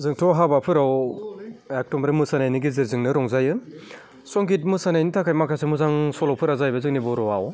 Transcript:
जोंथ' हाबाफोराव थुमब्रा मोसानायनि गेजेरजोंनो रंजायो संगित मोसानायनि थाखाय माखासे मोजां सल'फोरा जाहैबाय जोंनि बर'आव